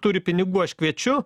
turi pinigų aš kviečiu